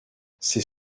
ses